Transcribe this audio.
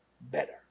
better